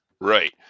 Right